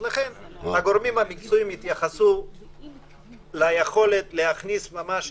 הגורמים המקצועיים יתייחסו ליכולת להכניס את